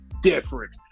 different